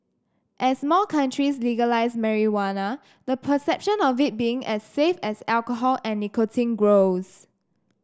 as more countries legalise marijuana the perception of it being as safe as alcohol and nicotine grows